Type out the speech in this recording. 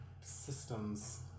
systems